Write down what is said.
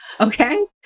okay